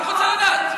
אני רק רוצה לדעת.